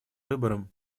выборам